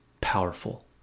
powerful